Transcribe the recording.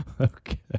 Okay